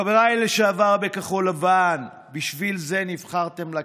חבריי לשעבר בכחול לבן, בשביל זה נבחרתם לכנסת?